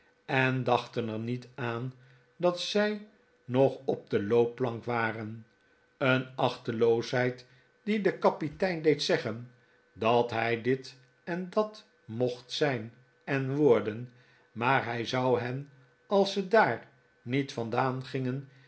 en dachten er niet aan dat zij nog op de loopplank waren een achteloosheid die de kapitein deed zeggen dat hij dit en dat mocht zijn en worden maar hij zou hen als ze daar niet vandaan gingen